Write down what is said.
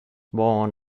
born